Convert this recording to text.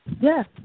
Yes